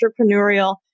entrepreneurial